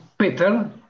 Peter